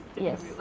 Yes